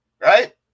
right